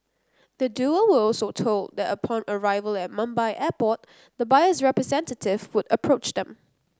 the Duo were also told that upon arrival at Mumbai Airport the buyer's representative would approach them